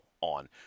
on